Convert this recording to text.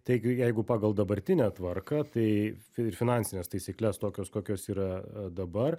taigi jeigu pagal dabartinę tvarką tai ir finansines taisykles tokios kokios yra dabar